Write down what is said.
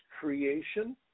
creation